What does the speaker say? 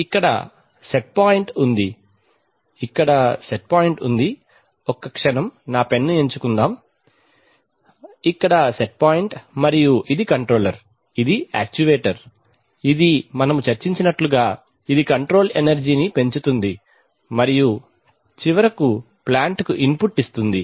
ఇక్కడ set point ఉంది ఇక్కడ సెట్ పాయింట్ ఉంది ఒక్క క్షణం నా పెన్ను ఎంచుకుందాం ఇక్కడ సెట్ పాయింట్ మరియు ఇది కంట్రోలర్ ఇది యాక్చువేటర్ ఇది మనము చర్చించినట్లుగా ఇది కంట్రోల్ ఎనర్జీ ని పెంచుతుంది మరియు చివరకు ప్లాంట్ కు ఇన్పుట్ ఇస్తుంది